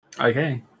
Okay